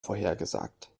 vorhergesagt